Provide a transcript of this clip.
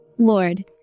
Lord